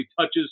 touches